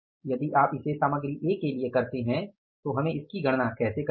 यदि आप इसे सामग्री A के लिए करते हैं तो हमें इसकी गणना कैसे करनी है